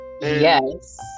Yes